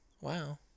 Wow